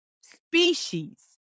species